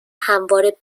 هموار